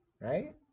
Right